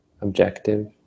objective